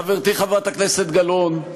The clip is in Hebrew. חברתי חברת הכנסת גלאון,